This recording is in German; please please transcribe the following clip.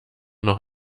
noch